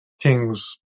King's